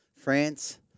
France